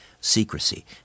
secrecy